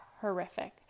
horrific